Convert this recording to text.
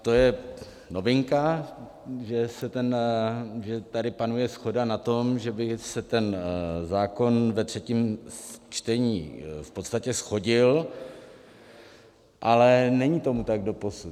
To je novinka, že tady panuje shoda na tom, že by se ten zákon ve třetím čtení v podstatě shodil, ale není tomu tak doposud.